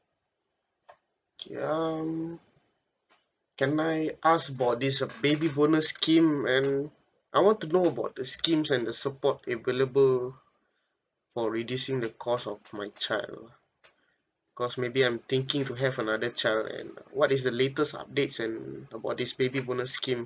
okay um can I ask about this uh baby bonus scheme and I want to know about the schemes and the support available for reducing the cost of my child cause maybe I'm thinking to have another child and what is the latest updates and about this baby bonus scheme